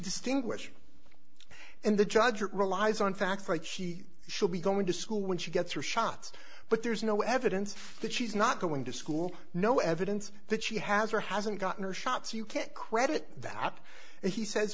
distinguish and the judge relies on facts right she should be going to school when she gets her shots but there's no evidence that she's not going to school no evidence that she has or hasn't gotten her shots you can't credit that and he says